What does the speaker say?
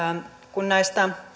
kun näistä